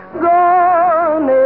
gone